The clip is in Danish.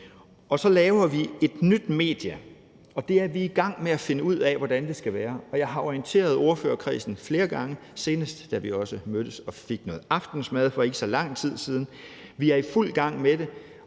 og så laver vi et nyt medie, og det er vi i gang med at finde ud af hvordan skal være. Jeg har orienteret ordførerkredsen flere gange, senest da vi også mødtes og fik noget aftensmad for ikke så lang tid siden. Vi er i fuld gang med det,